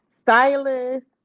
stylist